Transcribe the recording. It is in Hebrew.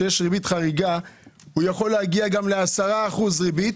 כשיש ריבית חריגה הוא יכול להגיע גם ל-10% ריבית,